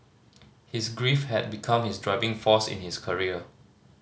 his grief had become his driving force in his career